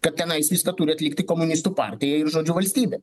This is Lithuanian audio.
kad tenais viską turi atlikti komunistų partija ir žodžiu valstybė